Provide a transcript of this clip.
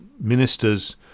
ministers